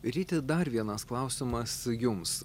ryti dar vienas klausimas jums